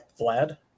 Vlad